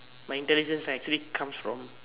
my intelligence are actually comes from